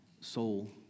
soul